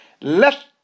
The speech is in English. Let